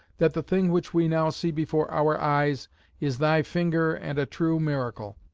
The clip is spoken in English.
that the thing which we now see before our eyes is thy finger and a true miracle.